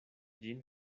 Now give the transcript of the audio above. ĝin